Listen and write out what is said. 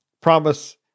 promise